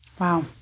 Wow